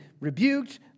rebuked